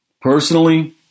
Personally